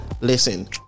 listen